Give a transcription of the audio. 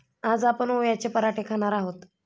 आज आपण ओव्याचे पराठे खाणार आहोत